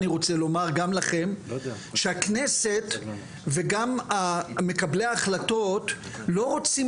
אני רוצה לומר גם לכם שהכנסת וגם מקבלי ההחלטות לא רוצים